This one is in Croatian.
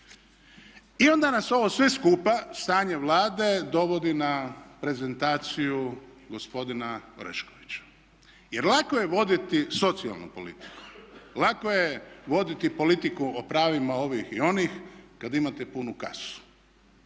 I onda nas ovo sve skupa stanje Vlade dovodi na prezentaciju gospodina Oreškovića. Jer lako je voditi socijalnu politiku, lako je voditi politiku o pravima ovih i onih kad imate punu kasu,